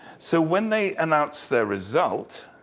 so when they announced their result,